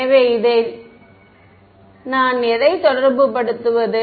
எனவே இது இதை நான் எதை தொடர்புபடுத்துவது